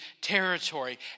territory